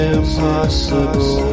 impossible